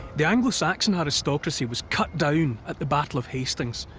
the anglo-saxon aristocracy was cut down at the battle of hastings.